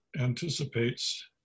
anticipates